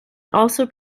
also